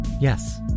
Yes